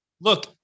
look